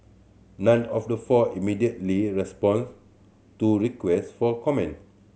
none of the four immediately responded to requests for comment